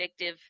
addictive